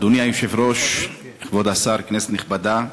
אדוני היושב-ראש, כבוד השר, כנסת נכבדה,